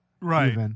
Right